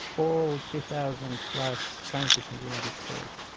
all three thousand plus counties in the united states,